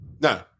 No